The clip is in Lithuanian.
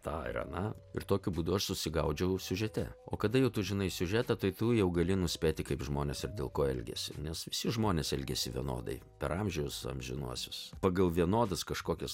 tą ir aną ir tokiu būdu aš susigaudžiau siužete o kada jau tu žinai siužetą tai tu jau gali nuspėti kaip žmonės ir dėl ko elgiasi nes visi žmonės elgiasi vienodai per amžius amžinuosius pagal vienodas kažkokias